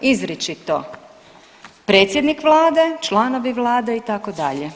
Izričito predsjednik vlade, članovi vlade itd.